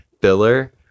filler